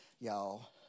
y'all